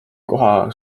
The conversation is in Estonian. koha